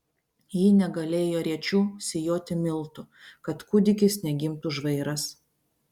ji negalėjo rėčiu sijoti miltų kad kūdikis negimtų žvairas